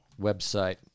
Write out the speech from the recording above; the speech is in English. website